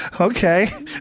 okay